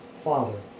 Father